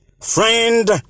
Friend